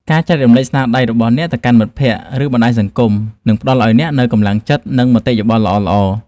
ការចែករំលែកស្នាដៃរបស់អ្នកទៅកាន់មិត្តភក្តិ ឬ បណ្តាញសង្គមនឹងផ្តល់ឱ្យអ្នកនូវកម្លាំងចិត្ត និង មតិយោបល់ល្អៗ។